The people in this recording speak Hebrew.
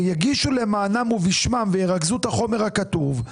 שיגישו למענם ובשמם וירכזו את החומר הכתוב?